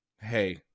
hey